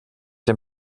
dem